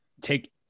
take